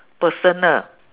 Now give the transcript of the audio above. personal